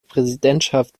präsidentschaft